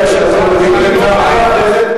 אני יודע שאתה אומר דברי טעם,